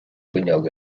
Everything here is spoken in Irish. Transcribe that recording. bhfuinneog